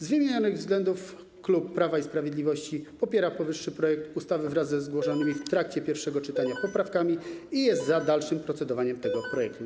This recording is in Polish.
Z wymienionych względów klub Prawa i Sprawiedliwości popiera powyższy projekt ustawy wraz ze zgłoszonymi w trakcie pierwszego czytania poprawkami i jest za dalszym procedowaniem tego projektu.